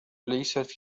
ليست